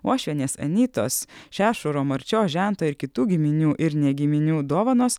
uošvienės anytos šešuro marčios žento ir kitų giminių ir ne giminių dovanos